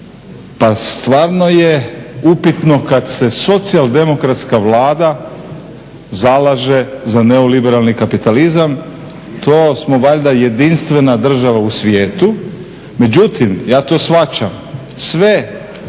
Pa stvarno je upitno kad se socijaldemokratska Vlada zalaže za neoliberalni kapitalizam. To smo valjda jedinstvena država u svijetu. Međutim, ja to shvaćam. Sve